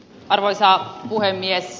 arvoisa puhemies